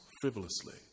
frivolously